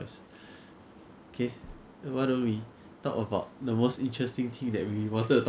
because even if 他们赚一千五啊 in 马币四千五 even if they save one thousand